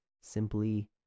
simply